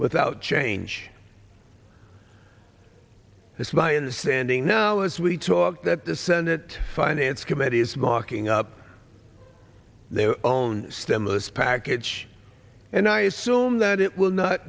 without change that's why in the standing now as we talk that the senate finance committee is marking up their own stimulus package and i assume that it will not